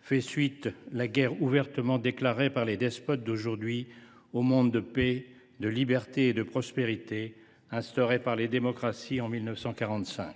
fait suite la guerre que les despotes actuels ont ouvertement déclarée au monde de paix, de liberté et de prospérité instauré par les démocraties en 1945.